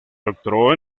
doctoró